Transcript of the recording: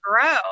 grow